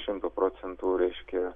šimtu procentų reiškia